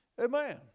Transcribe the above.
Amen